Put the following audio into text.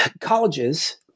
Colleges